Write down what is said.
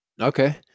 Okay